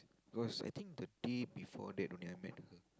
because I think the day before that only I met her